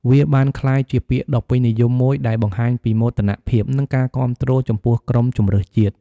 វាបានក្លាយជាពាក្យដ៏ពេញនិយមមួយដែលបង្ហាញពីមោទនភាព និងការគាំទ្រចំពោះក្រុមជម្រើសជាតិ។